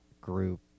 group